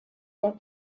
der